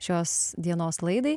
šios dienos laidai